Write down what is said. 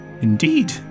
indeed